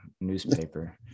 newspaper